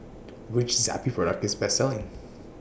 Which Zappy Product IS The Best Selling